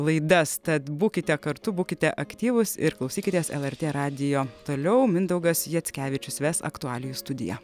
laidas tad būkite kartu būkite aktyvūs ir klausykitės lrt radijo toliau mindaugas jackevičius ves aktualijų studiją